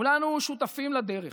כולנו שותפים לדרך,